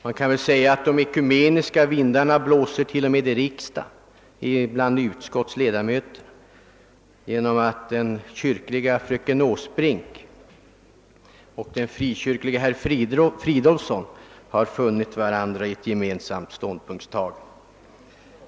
Man kan väl säga att det blåser ekumeniska vindar även bland utskottets ledamöter i riksdagen, vilket har tagit sig uttryck i att den statskyrkliga fröken Åsbrink och den frikyrklige herr Fridolfsson i Stockholm har funnit varandra och kommit fram till en gemensam ståndpunkt. Herr talman!